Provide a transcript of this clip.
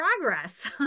progress